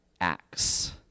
Acts